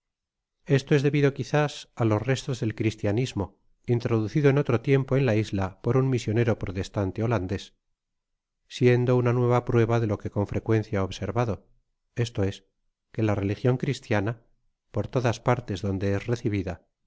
esto es debido quizás á los restos del cristianismo introducido en otro tiempo en la isla por un mision ñero protestante holandés siendo una nueva prueba de lo que con frecuencia he observado esto es que la religion cristiana por todas partes donde es recibida